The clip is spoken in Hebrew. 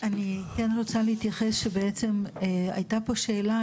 אני כן רוצה להתייחס שבעצם הייתה פה שאלה,